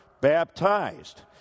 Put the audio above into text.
baptized